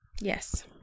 Yes